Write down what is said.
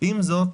עם זאת,